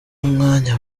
umwanya